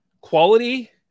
quality